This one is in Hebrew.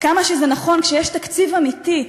כמה שזה נכון כשיש תקציב אמיתי,